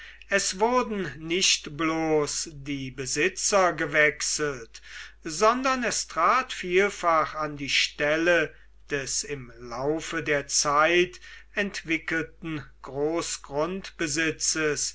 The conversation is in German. es wurden nicht bloß die besitzer gewechselt sondern es trat vielfach an die stelle des im laufe der zeit entwickelten